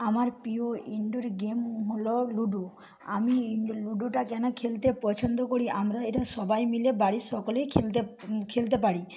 আমার প্রিয় indoor game হল লুডো আমি লুডোটা কেন খেলতে পছন্দ করি আমরা এটা সবাই মিলে বাড়ির সকলেই খেলতে খেলতে পারি